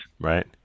right